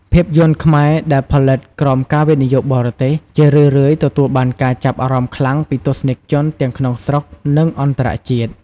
ភាពយន្តខ្មែរដែលផលិតក្រោមការវិនិយោគបរទេស ជារឿយៗទទួលបានការចាប់អារម្មណ៍ខ្លាំងពីទស្សនិកជន ទាំងក្នុងស្រុក និងអន្តរជាតិ។